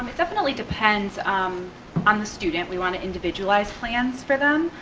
definitely depends um on the student we want to individualize plans for them.